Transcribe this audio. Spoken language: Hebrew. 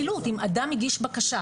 אם אדם הגיש תואר,